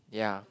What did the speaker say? ya